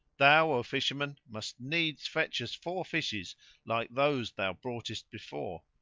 thou, o fisherman, must needs fetch us four fishes like those thou broughtest before.